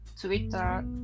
Twitter